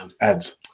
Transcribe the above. ads